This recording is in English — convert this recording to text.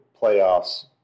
playoffs